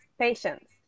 patience